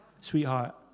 sweetheart